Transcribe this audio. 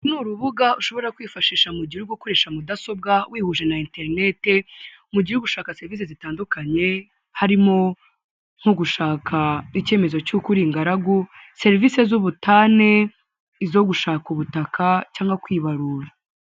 Uru ni urubuga ushobora kwifashisha mu gihugu ukoresha Mudasobwa wihuje na Internet mu gihugu gushaka serivisi zitandukanye harimo nko gushaka icyemezo cy'uko uri ingaragu, serivisi z'ubutane, izo gushaka ubutaka cyangwa kwibarura.